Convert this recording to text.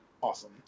awesome